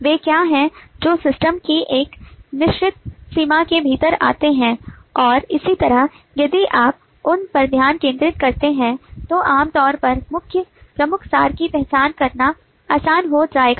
वे क्या हैं जो सिस्टम की एक निश्चित सीमा के भीतर आते हैं और इसी तरह यदि आप उन पर ध्यान केंद्रित करते हैं तो आमतौर पर प्रमुख सार की पहचान करना आसान हो जाएगा